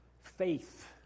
faith